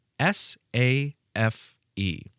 S-A-F-E